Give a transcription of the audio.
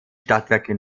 stadtwerke